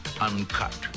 Uncut